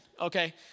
Okay